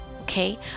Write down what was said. okay